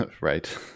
Right